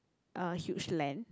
uh huge land